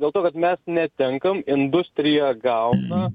dėl to kad mes netenkam industrija gauna